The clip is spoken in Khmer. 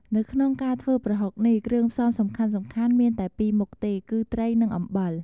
នៅក្នុងការធ្វើប្រហុកនេះ គ្រឿងផ្សំសំខាន់ៗមានតែពីរមុខទេ គឺត្រី និងអំបិល។